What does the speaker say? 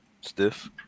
Stiff